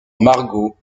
margot